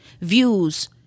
views